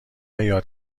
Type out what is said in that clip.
یاد